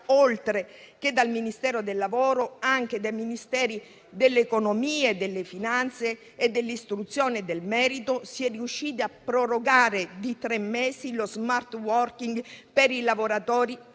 oltre che dal Ministero del lavoro, anche dai Ministeri dell'economia e delle finanze e dell'istruzione e del merito - si è riusciti a prorogare di tre mesi lo *smart working* per i lavoratori